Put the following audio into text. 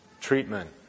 treatment